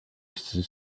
iste